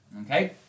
okay